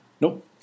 Nope